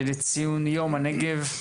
לציון יום הנגב,